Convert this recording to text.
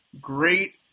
great